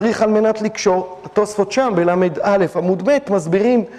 צריך על מנת לקשור, התוספות שם בדף לא עמוד ב מסבירים